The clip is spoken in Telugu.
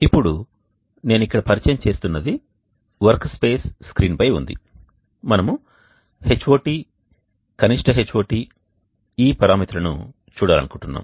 ఇప్పుడు నేను ఇక్కడ పరిచయం చేస్తున్నది వర్క్స్పేస్ స్క్రీన్పై ఉంది మనము Hot కనిష్ట Hot ఈ పరామితులను చూడాలనుకుంటున్నాము